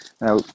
Now